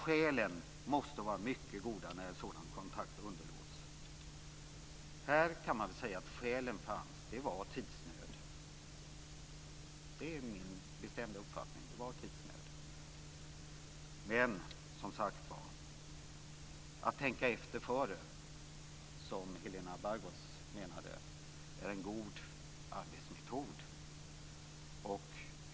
Skälen måste vara mycket goda när en sådan kontakt underlåts. I det här fallet kan man väl säga att sådana skäl fanns. Det var tidsnöd. Det är min bestämda uppfattning. Men att tänka efter före, som Helena Bargholtz menade, är en god arbetsmetod.